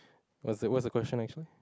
what's the what's the question next one